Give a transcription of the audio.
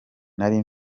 nari